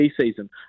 season